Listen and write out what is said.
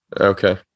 Okay